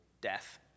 death